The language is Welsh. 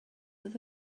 oedd